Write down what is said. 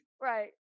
Right